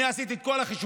אני עשיתי את כל החישובים.